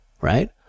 right